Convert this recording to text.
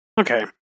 okay